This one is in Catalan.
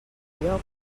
allò